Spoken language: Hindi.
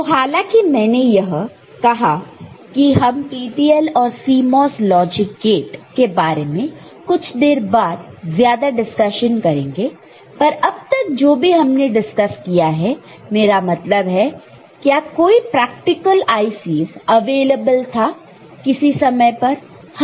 तो हाला की मैंने यह कहा कि हम TTL और CMOS लॉजिक गेट के बारे में कुछ देर बाद ज्यादा डिस्कशन करेंगे पर अब तक जो भी हमने डिस्कस किया है मेरा मतलब है क्या कोई प्रैक्टिकल IC's अवेलेबल था किसी समय पर